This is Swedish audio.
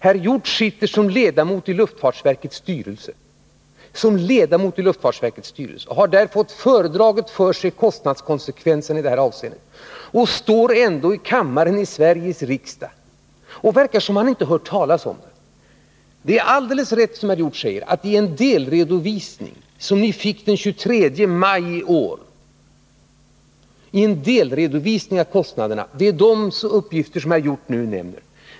Herr Hjorth sitter som ledamot i luftfartsverkets styrelse och har där fått kostnadskonsekvenserna i det här avseendet föredragna för sig. Ändå står han här i kammaren i Sveriges riksdag och verkar som om han inte hade hört talas om dem. Det är alldeles rätt när herr Hjorth säger att det gavs en delredovisning av kostnaderna den 23 maj i år.